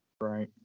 Right